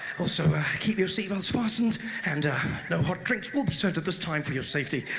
also keep your seat belts fastened and no hot drinks will be served at this time for your safety.